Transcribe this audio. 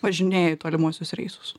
važinėja į tolimuosius reisus